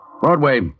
Broadway